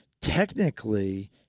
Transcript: technically